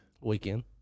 weekend